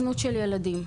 ילדים.